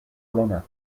runner